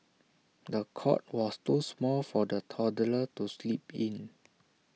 the cot was too small for the toddler to sleep in